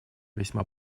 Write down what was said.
весьма